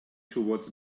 towards